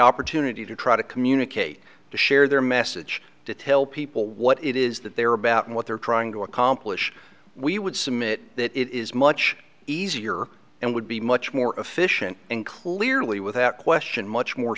opportunity to try to communicate to share their message to tell people what it is that they are about and what they're trying to accomplish we would submit that it is much easier and would be much more efficient and clearly without question much more